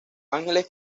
ángeles